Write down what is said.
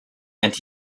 and